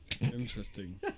Interesting